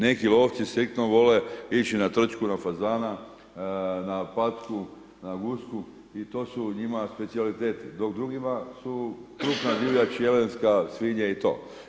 Neki lovci striktno vole ići na trčke, na fazana, na patku, na gusku i to su njima specijaliteti, dok drugima su krupna divljač, jelenska svinja i to.